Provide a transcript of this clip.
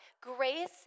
Grace